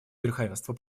верховенство